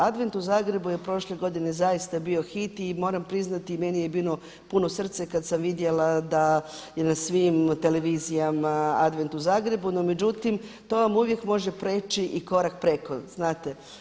Advent u Zagrebu je prošle godine zaista bio hit i moram priznati meni je bilo puno srce kad sam vidjela da je na svim televizijama Advent u Zagrebu, no međutim to vam uvijek može preći i korak preko znate.